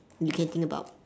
you can think about